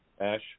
Ash